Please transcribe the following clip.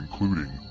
including